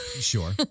Sure